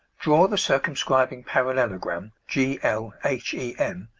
draw the circumscribing parallelogram, g l h e m,